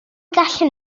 gallwn